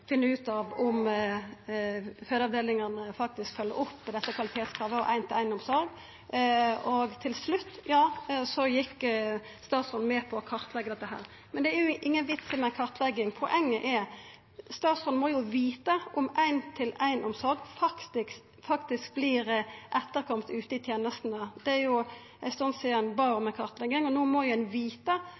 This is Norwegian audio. finna ut av om fødeavdelingane faktisk følgjer opp dette kvalitetskravet og ein-til-ein-omsorg. Til slutt gjekk statsråden med på å kartleggja dette. Men det er ingen vits i berre ei kartlegging, poenget er at statsråden må vita om ein-til-ein-omsorg faktisk vert etterkomen ute i tenestene. Det er ei stund sidan ein bad om ei kartlegging, og no må ein vita